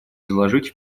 изложить